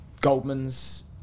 Goldman's